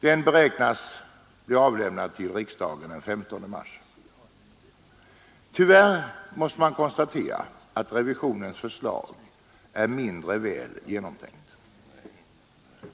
Den beräknas bli Tyvärr måste det konstateras att revisionens förslag är mindre väl genomtänkt.